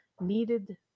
needed